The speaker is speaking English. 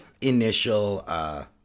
initial